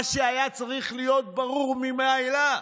מה שהיה צריך להיות ברור ממילא,